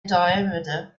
diameter